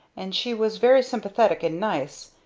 and she was very sympathetic and nice,